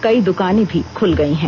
कई द्रकानें भी खुल गयी हैं